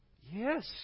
Yes